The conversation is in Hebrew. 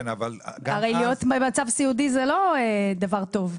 הרי להיות במצב סיעודי זה לא דבר טוב.